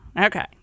Okay